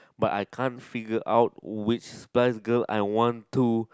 but I can't figure out which spice girl I want to